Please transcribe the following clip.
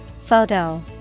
Photo